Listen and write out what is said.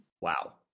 Wow